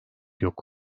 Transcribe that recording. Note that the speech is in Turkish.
yok